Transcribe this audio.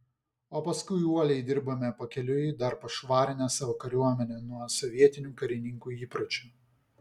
o paskui uoliai dirbome pakeliui dar pašvarinę savo kariuomenę nuo sovietinių karininkų įpročių